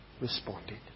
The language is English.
responded